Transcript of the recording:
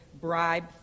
bribe